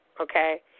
okay